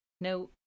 Now